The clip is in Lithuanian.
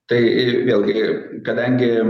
tai vėlgi kadangi